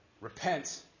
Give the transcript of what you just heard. repent